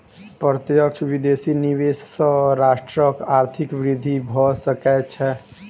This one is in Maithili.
प्रत्यक्ष विदेशी निवेश सॅ राष्ट्रक आर्थिक वृद्धि भ सकै छै